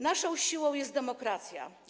Naszą siłą jest demokracja.